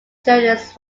journalists